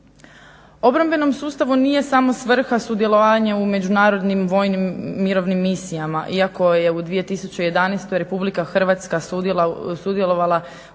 Obrambenom sustavu nije samo svrha sudjelovanje u međunarodnim, vojnim, mirovnim misijama iako je u 2011. Republika Hrvatska sudjelovala